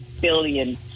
billion